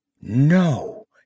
No